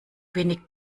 wenig